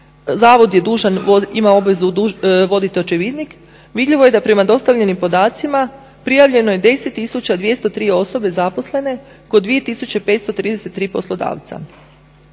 zavod ima obvezu voditi očevidnik. Vidljivo je da prema dostavljenim podacima prijavljeno je 10 203 osobe zaposlene kod 2533 poslodavca.